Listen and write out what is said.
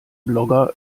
blogger